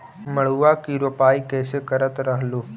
मड़उआ की रोपाई कैसे करत रहलू?